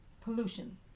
pollution